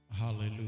Hallelujah